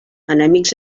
enemics